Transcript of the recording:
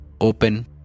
open